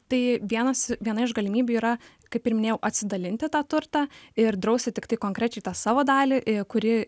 tai vienas viena iš galimybių yra kaip ir minėjau atsidalinti tą turtą ir drausti tiktai konkrečiai tą savo dalį i kuri